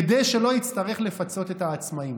כדי שלא יצטרך לפצות את העצמאים.